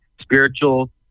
spiritual